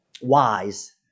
wise